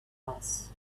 else